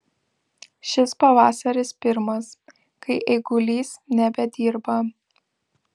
šis pavasaris pirmas kai eigulys nebedirba